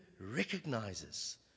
recognizes